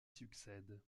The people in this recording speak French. succède